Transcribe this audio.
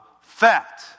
fact